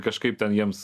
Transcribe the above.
kažkaip ten jiems